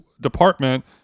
department